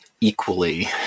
equally